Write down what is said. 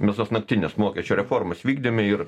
mes tas naktines mokesčių reformas vykdėme ir